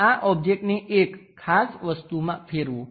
આ ઓબ્જેક્ટને એક ખાસ વસ્તુમાં ફેરવો